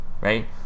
Right